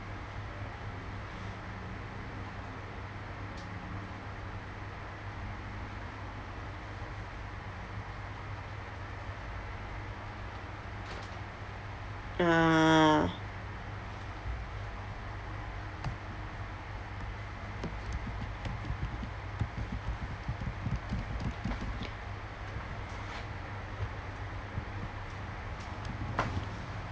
ah